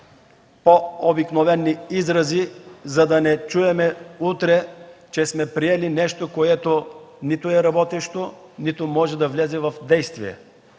по-обикновени изрази, за да не чуем утре, че сме приели нещо, което нито е работещо, нито може да влезе в действие.